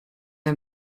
the